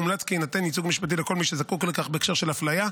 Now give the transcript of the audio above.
הומלץ כי יינתן ייצוג משפטי לכל מי שזקוק לכך בהקשר של הפליה,